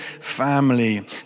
family